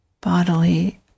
bodily